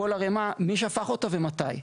כל ערמה מי שפך אותה ומתי.